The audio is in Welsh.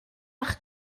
eich